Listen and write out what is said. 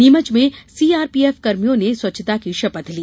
नीमच में सीआरपीएफ कर्मियों ने स्वच्छता की शपथ ली